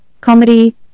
comedy